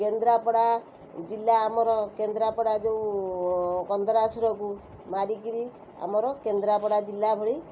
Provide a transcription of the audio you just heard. କେନ୍ଦ୍ରାପଡ଼ା ଜିଲ୍ଲା ଆମର କେନ୍ଦ୍ରାପଡ଼ା ଯେଉଁ କନ୍ଦରାସୁରକୁ ମାରିକିରି ଆମର କେନ୍ଦ୍ରପଡ଼ା ଜିଲ୍ଲା ଭଳି